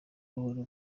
buhoro